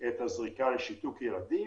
את הזריקה כנגד שיתוק ילדים,